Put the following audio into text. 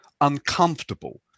uncomfortable